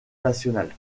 nationale